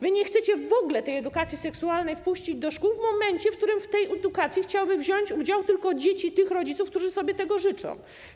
Wy nie chcecie w ogóle edukacji seksualnej wpuścić do szkół w momencie, w którym w tej edukacji chciałyby wziąć udział tylko dzieci tych rodziców, którzy sobie tego życzą.